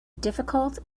difficult